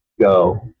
go